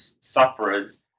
sufferers